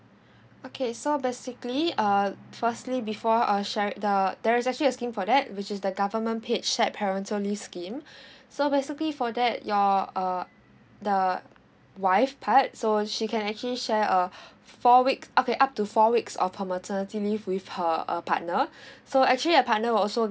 okay so basically err firstly before I'll share it the there is actually a scheme for that which is the government paid shared parental leave scheme so basically for that your uh the wife part so she can actually share uh four week okay up to four weeks of her maternity leave with her uh partner so actually her partner will also